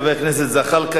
חבר הכנסת זחאלקה,